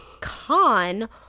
con